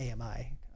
ami